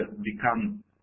become